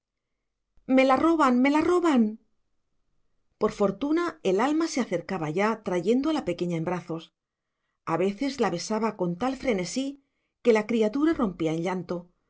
me la roban me la roban por fortuna el ama se acercaba ya trayendo a la pequeña en brazos a veces la besaba con tal frenesí que la criatura rompía en llanto